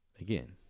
again